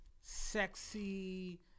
sexy